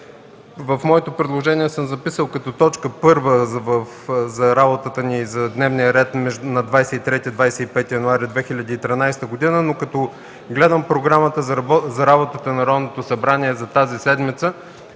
В моето предложение съм записал да е точка първа в дневния ни ред за 23 – 25 януари 2013 г., но като гледам програмата за работата на Народното събрание за тази седмица,